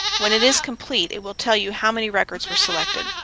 when it is complete, it will tell you how many records were selected.